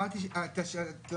אמרתי שאתה